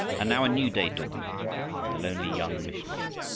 and now a new day dawned for the lonely young missionary.